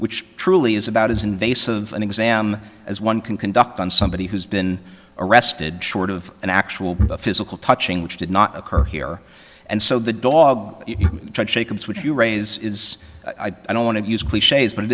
which truly is about as invasive an exam as one can conduct on somebody who's been arrested short of an actual physical touching which did not occur here and so the dog jacobs which you raise is i don't want to use cliches but it